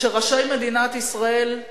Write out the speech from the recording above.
שראשי מדינת ישראל,